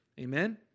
Amen